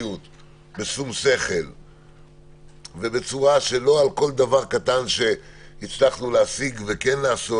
בשום שכל ובצורה שלא על כל דבר קטן שהצלחנו להשיג ולעשות